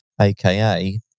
aka